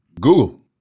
Google